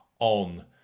On